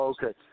Okay